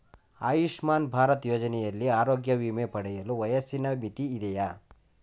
ಆಯುಷ್ಮಾನ್ ಭಾರತ್ ಯೋಜನೆಯಲ್ಲಿ ಆರೋಗ್ಯ ವಿಮೆ ಪಡೆಯಲು ವಯಸ್ಸಿನ ಮಿತಿ ಇದೆಯಾ?